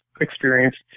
experienced